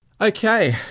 Okay